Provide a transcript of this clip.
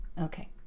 okay